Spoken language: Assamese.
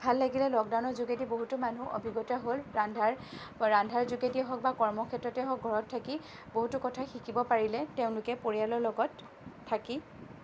ভাল লাগিলে লকডাউনৰ যোগেদি বহুতো মানুহ অভিজ্ঞতা হ'ল ৰন্ধাৰ ৰন্ধাৰ যোগেদিয়ে হওক বা কৰ্মক্ষেত্ৰতে হওঁক ঘৰত থাকি বহুতো কথা শিকিব পাৰিলে তেওঁলোকে পৰিয়ালৰ লগত থাকি